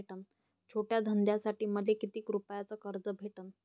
छोट्या धंद्यासाठी मले कितीक रुपयानं कर्ज भेटन?